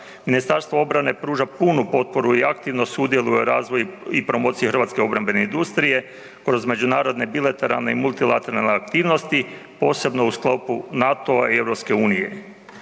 Ministarstvo obrane pruža punu potporu i aktivno sudjeluje u razvoju i promociji hrvatske obrambene industrije kroz međunarodne bilateralne i multilateralne aktivnosti, posebno u sklopu NATO-a i